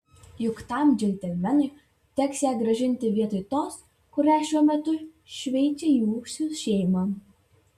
juk tam džentelmenui teks ją grąžinti vietoj tos kurią šiuo metu šveičia jūsų šeima